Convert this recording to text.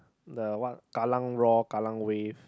the what kallang Roar kallang Wave